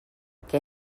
què